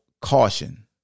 caution